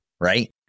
right